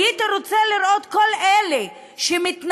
הייתי רוצה לראות את כל אלה שמתנגדים,